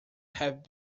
have